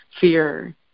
fear